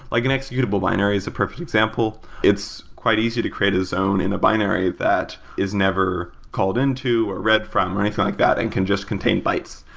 like an executable binary is a perfect example. it's quite easy to create a zone in a binary that is never called into, or read from, or anything like that. it and can just contain bytes.